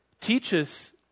teaches